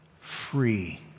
Free